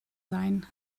sein